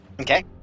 Okay